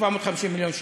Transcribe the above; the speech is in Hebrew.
750 מיליון שקל,